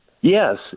Yes